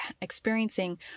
experiencing